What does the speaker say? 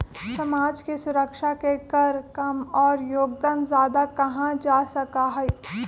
समाज के सुरक्षा के कर कम और योगदान ज्यादा कहा जा सका हई